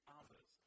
others